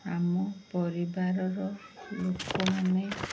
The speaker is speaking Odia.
ଆମ ପରିବାରର ଲୋକମାନେ